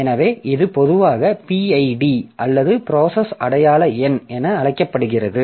எனவே இது பொதுவாக PID அல்லது ப்ராசஸ் அடையாள எண் என அழைக்கப்படுகிறது